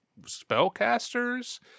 spellcasters